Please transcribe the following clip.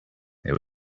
there